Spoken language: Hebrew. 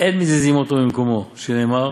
אין מזיזין אותו ממקומו, שנאמר